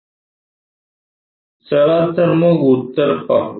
चला तर मग उत्तर पाहू